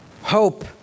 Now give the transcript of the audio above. Hope